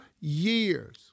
years